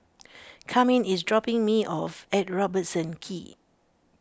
Carmine is dropping me off at Robertson Quay